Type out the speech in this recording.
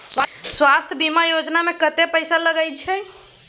स्वास्थ बीमा योजना में कत्ते पैसा लगय छै?